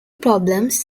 problems